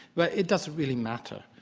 but it doesn't really matter,